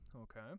Okay